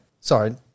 Sorry